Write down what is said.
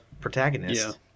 protagonist